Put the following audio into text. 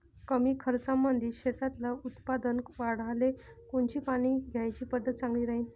कमी खर्चामंदी शेतातलं उत्पादन वाढाले कोनची पानी द्याची पद्धत चांगली राहीन?